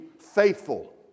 faithful